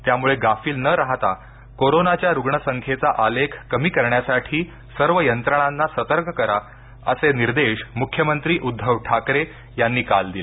त्यामुळे गाफील न राहता कोरोनाच्या रुग्णसंख्येचा आलेख कमी करण्यासाठी सर्व यंत्रणांना सतर्क करा असे निर्देश मुख्यमंत्री उद्धव ठाकरे यांनी काल दिले